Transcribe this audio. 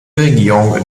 regierungen